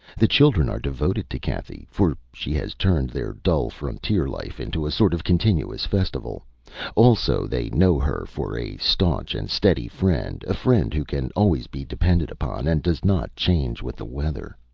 the children are devoted to cathy, for she has turned their dull frontier life into a sort of continuous festival also they know her for a stanch and steady friend, a friend who can always be depended upon, and does not change with the weather.